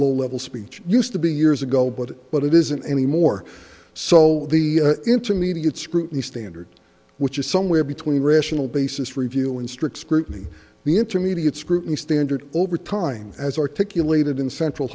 low level speech used to be years ago but what it isn't anymore so the intermediate scrutiny standard which is somewhere between rational basis review and strict scrutiny the intermediate scrutiny standard over time as articulated in central